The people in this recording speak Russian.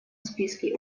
списке